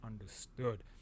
understood